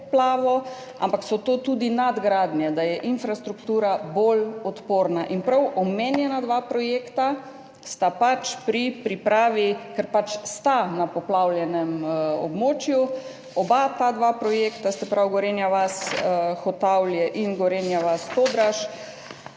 ampak so to tudi nadgradnje, da je infrastruktura bolj odporna. In prav omenjena dva projekta sta pri pripravi, ker pač sta na poplavljenem območju, oba projekta, se pravi Gorenja vas–Hotavlje in Gorenja vas–Todraž,